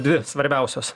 dvi svarbiausios